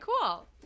Cool